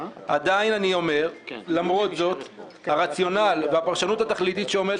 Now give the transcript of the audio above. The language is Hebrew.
למרות זאת אני אומר שהרציונל והפרשנות התכליתית שעומדת